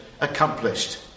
accomplished